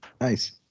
Nice